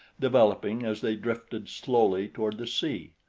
developing as they drifted slowly toward the sea.